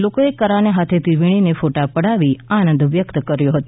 લોકોએ કરાને હાથેથી વીણીને ફોટો પડાવી આનંદ વ્યક્ત કરાયો હતો